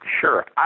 Sure